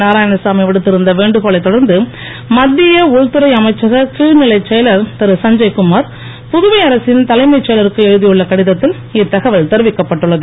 நாராயணசாமி விடுத்திருந்த வேண்டுகோளைத் தொடர்ந்து மத்திய உள்துறை அமைச்சக கீழ்நிலைச் செயலர் திருசஞ்ஜய் குமார் புதுவை அரசின் தலைமைச் செயலருக்கு எழுதியுள்ள கடிதத்தில் இத்தகவல் தெரிவிக்கப்பட்டுள்ளது